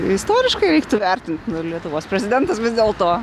istoriškai reiktų vertint nu lietuvos prezidentas vis dėlto